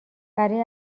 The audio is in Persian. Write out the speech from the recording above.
برای